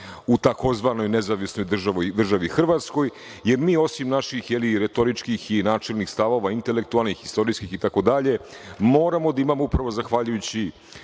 u takozvanoj Nezavisnoj Državi Hrvatskoj, jer mi osim naših retoričkih i načelnih stavova, intelektualnih, istorijskih i tako danje, moramo da imamo upravo zahvaljujući